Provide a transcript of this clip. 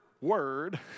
Word